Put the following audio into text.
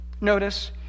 Notice